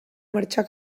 marxar